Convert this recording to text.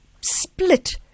split